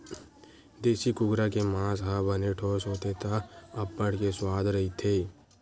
देसी कुकरा के मांस ह बने ठोस होथे त अब्बड़ के सुवाद रहिथे